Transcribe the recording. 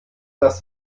das